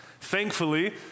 Thankfully